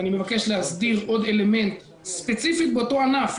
אני מבקש להסדיר עוד אלמנט ספציפית באותו ענף,